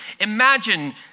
Imagine